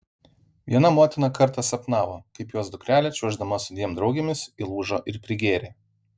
viena motina kartą sapnavo kaip jos dukrelė čiuoždama su dviem draugėmis įlūžo ir prigėrė